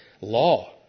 law